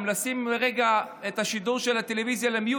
אם נשים לרגע את השידור של הטלוויזיה על mute,